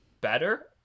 better